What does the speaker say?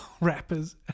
rappers